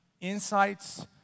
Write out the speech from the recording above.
insights